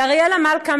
לאריאלה מלכה,